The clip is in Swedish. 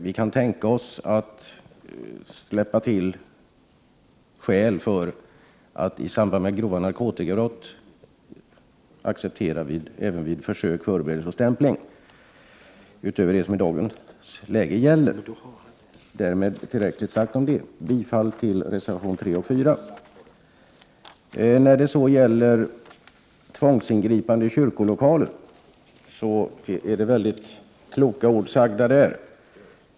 Vi kan tänka oss att acceptera detta vid skäl för misstanke om grova narkotikabrott och även vid försök, förberedelse och stämpling till sådana brott utöver vad som gäller i dag. Jag yrkar bifall till reservationerna 3 och 4. Det är kloka ord som sagts när det gäller tvångsingripanden i kyrkolokaler.